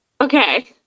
okay